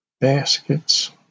baskets